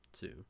two